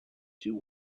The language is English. two